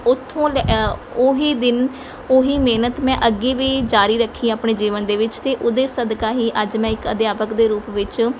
ਉੱਥੋਂ ਲੈ ਉਹੀ ਦਿਨ ਉਹੀ ਮਿਹਨਤ ਮੈਂ ਅੱਗੇ ਵੀ ਜਾਰੀ ਰੱਖੀ ਆਪਣੇ ਜੀਵਨ ਦੇ ਵਿੱਚ ਅਤੇ ਉਹਦੇ ਸਦਕਾ ਹੀ ਅੱਜ ਮੈਂ ਇੱਕ ਅਧਿਆਪਕ ਦੇ ਰੂਪ ਵਿੱਚ